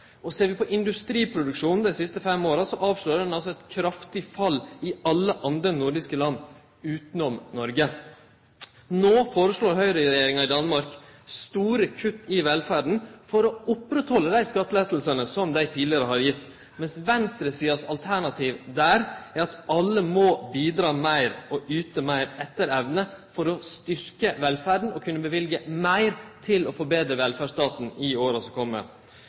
Og ser vi på industriproduksjonen dei siste fem åra, avslører den eit kraftig fall i alle andre nordiske land, utanom Noreg. Nå foreslår høgreregjeringa i Danmark store kutt i velferda for å sikre dei skattelettane som dei tidlegare har gitt, mens venstresidas alternativ der er at alle må bidra meir og yte meir etter evne, for å styrkje velferda og kunne løyve meir til å forbetre velferdsstaten i åra som